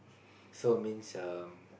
so means um